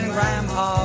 Grandpa